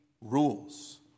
rules